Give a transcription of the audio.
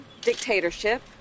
dictatorship